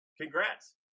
Congrats